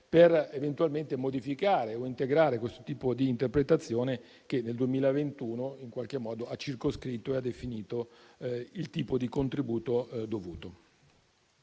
parlamentari, di modificare o integrare questo tipo di interpretazione che, nel 2021, in qualche modo ha circoscritto e ha definito il tipo di contributo dovuto.